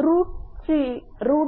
√3×127